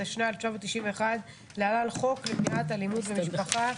התשנ"א-1991 (להלן חוק למניעת אלימות במשפחה),